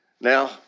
Now